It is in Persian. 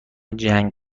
جنگ